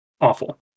awful